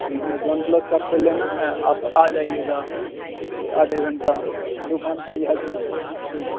ठीक है तो वन प्लस का आपको लेना है आप आ जाइएगा ए आधे घंटा में दुकान पर ही आ जाइएगा ठीक